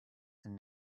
and